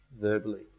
verbally